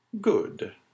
Good